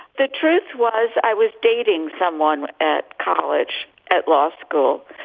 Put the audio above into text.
the truth was, i was dating someone at college, at law school.